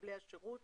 מקבלי השירות